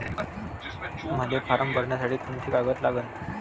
मले फारम भरासाठी कोंते कागद लागन?